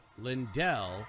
Lindell